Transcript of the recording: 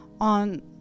on